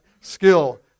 skill